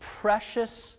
precious